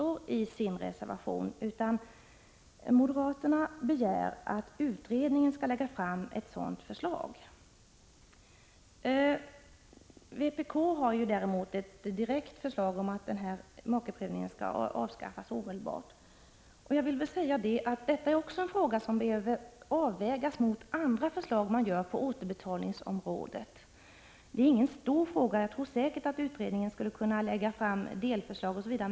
Men det framgår inte av reservationen. Moderaterna begär i stället att utredningen skall lägga fram ett förslag. Vpk har däremot ett direkt förslag om att makeprövningen skall avskaffas omedelbart. Men även denna fråga behöver vägas mot andra förslag på återbetalningsområdet. Det här är ingen stor fråga. Jag tror säkert att utredningen kan lägga fram t.ex. delförslag.